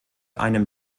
einem